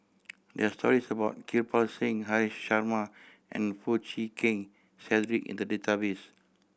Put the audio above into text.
there are stories about Kirpal Singh Haresh Sharma and Foo Chee Keng Cedric in the database